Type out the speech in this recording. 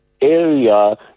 area